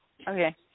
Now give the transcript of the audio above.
Okay